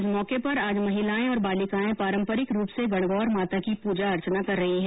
इस मौके पर आज महिलाएं और बालिकाएं पारम्परिक रूप से गणगौर माता की पूजा अर्चना कर रही हैं